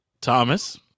Thomas